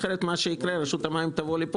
אחרת רשות המים תבוא לפה,